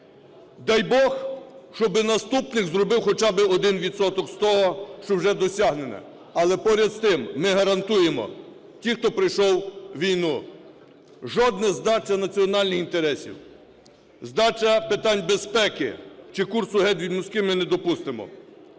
Дай Бог, щоби наступник зробив хоча би 1 відсоток з того, що вже досягнене. Але поряд з тим ми гарантуємо, ті, хто пройшов війну: жодної здачі національних інтересів, здачі питань безпеки чи курсу "геть від Москви" ми не допустимо.